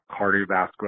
cardiovascular